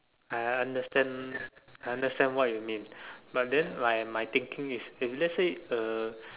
I understand I understand what you mean but then my my thinking is if let's say uh